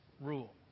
rule